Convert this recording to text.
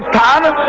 ah da